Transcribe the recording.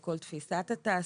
על כל תפיסת התעסוקה.